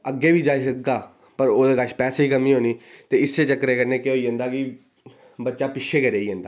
अग्गें बी जाई सकदा पर ओह्दे कश पैसै दी कमी होनी ते इस्सै चक्करै कन्नै केह् होई जंदा कि बच्चा पिच्छें गै रेही जंदा